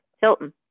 Hilton